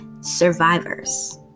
survivors